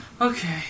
okay